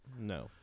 No